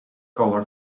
color